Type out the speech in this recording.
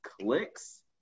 clicks